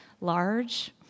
large